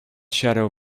shadow